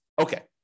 Okay